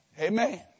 Amen